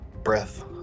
breath